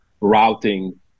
routing